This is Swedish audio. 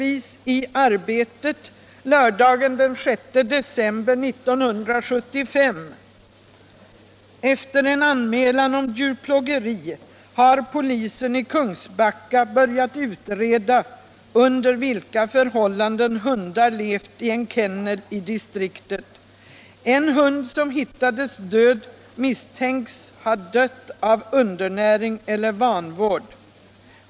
I Arbetet lördagen den 6 december 1975 kan man läsa följande: ”Efter en anmälan om djurplågeri har polisen i Kungsbacka börjat utreda under vilka förhållanden hundar levt i en kennel i distriktet. En hund som hittades död misstänks ha dött av undernäring eller vanvård.